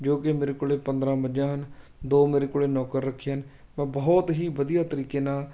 ਜੋ ਕਿ ਮੇਰੇ ਕੋਲੇ ਪੰਦਰ੍ਹਾਂ ਮੱਝਾਂ ਹਨ ਦੋ ਮੇਰੇ ਕੋਲ ਨੌਕਰ ਰੱਖੇ ਹਨ ਮੈਂ ਬਹੁਤ ਹੀ ਵਧੀਆ ਤਰੀਕੇ ਨਾਲ